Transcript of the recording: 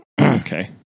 Okay